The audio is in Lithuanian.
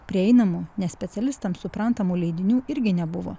prieinamo ne specialistams suprantamo leidinių irgi nebuvo